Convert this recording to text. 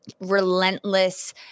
relentless –